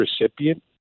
recipient